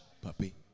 puppy